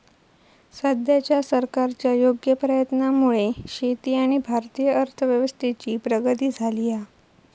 सद्याच्या सरकारच्या योग्य प्रयत्नांमुळे शेती आणि भारतीय अर्थव्यवस्थेची प्रगती झाली हा